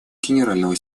генерального